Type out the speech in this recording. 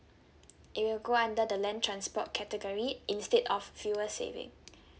it will go under the land transport category instead of fuel saving